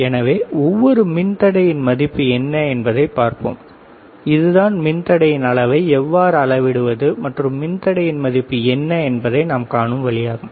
எனவே ஒவ்வொரு மின்தடையின் மதிப்பு என்ன என்பதைப் பார்ப்போம் இதுதான் மின்தடையின் அளவை எவ்வாறு அளவிடுவது மற்றும் மின்தடையின் மதிப்பு என்ன என்பதை நாம் காணும் வழியாகும்